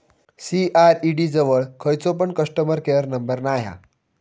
CRED जवळ खयचो पण कस्टमर केयर नंबर नाय हा